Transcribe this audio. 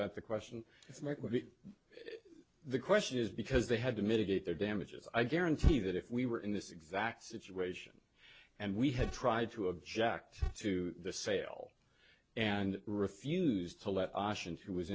that the question the question is because they had to mitigate their damages i guarantee that if we were in this exact situation and we had tried to object to the sale and refused to let